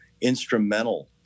instrumental